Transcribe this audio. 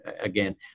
again